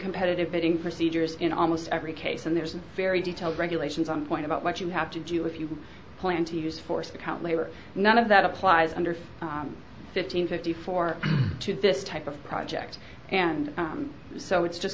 competitive bidding procedures in almost every case and there isn't very detailed regulations on point about what you have to do if you plan to use force account later none of that applies under fifteen fifty four to this type of project and so it's just